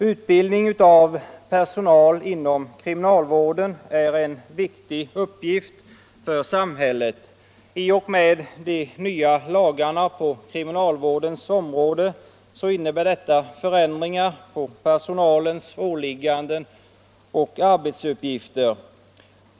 Utbildning av personal inom kriminalvården är en viktig uppgift för samhället. De nya lagarna på kriminalvårdens område innebär förändringar i personalens åligganden och arbetsuppgifter.